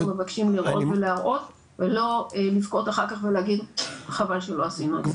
מבקשים לראות ולהראות ולא לבכות אחר כך ולהגיד חבל שלא עשינו.